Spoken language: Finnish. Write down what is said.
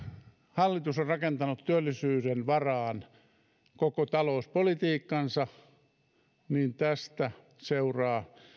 hallitus on rakentanut työllisyyden varaan koko talouspolitiikkansa niin tästä seuraa